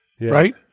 right